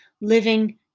living